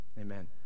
amen